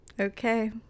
okay